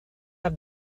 have